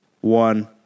one